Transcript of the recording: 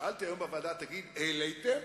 שאלתי היום בוועדה: תגיד, העליתם?